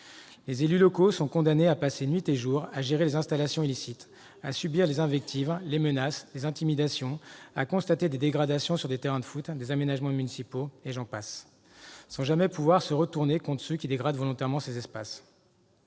Les élus locaux sont condamnés à passer nuit et jour à gérer les installations illicites, à subir les invectives, les menaces, les intimidations et à constater des dégradations sur des terrains de foot ou des aménagements municipaux, sans jamais pouvoir se retourner contre ceux qui dégradent volontairement ces espaces.